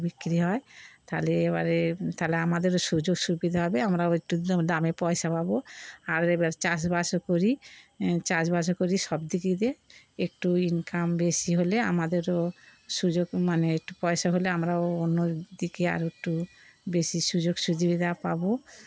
বিক্রি হয় তাহলে এবারে তাহলে আমাদেরও সুযোগ সুবিধা হবে আমরাও একটু দামে পয়সা পাবো আর এবার চাষবাসও করি চাষবাসও করি সব দিকেই দিয়ে একটু ইনকাম বেশি হলে আমাদেরও সুযোগ মানে একটু পয়সা হলে আমরাও অন্য দিকে আর একটু বেশি সুযোগ সুবিধা পাবো